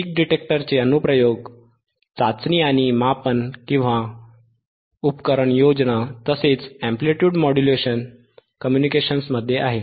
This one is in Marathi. पीक डिटेक्टरचे अनुप्रयोग चाचणी आणि मापनउपकरणयोजना MeasurementInstrumentation तसेच अॅम्प्लीट्यूड मॉड्युलेशन कम्युनिकेशनमध्ये आहेत